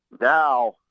now